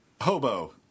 hobo